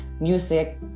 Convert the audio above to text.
music